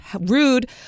Rude